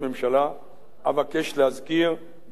אבקש להזכיר גם החלטה אחרת